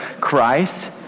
Christ